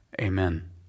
Amen